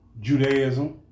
Judaism